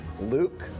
Luke